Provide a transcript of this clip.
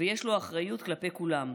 ויש לו אחריות כלפי כולם.